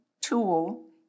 tool